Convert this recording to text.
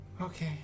Okay